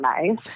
nice